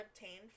obtained